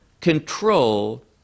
control